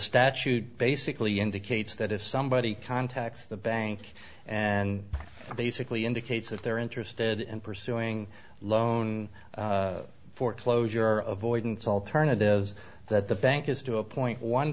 statute basically indicates that if somebody contacts the bank and basically indicates that they're interested in pursuing loan foreclosure of void and alternatives that the bank has to appoint one